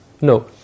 No